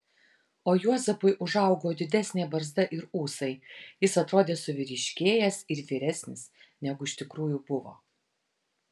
o juozapui užaugo didesnė barzda ir ūsai jis atrodė suvyriškėjęs ir vyresnis negu iš tikrųjų buvo